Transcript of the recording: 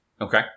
Okay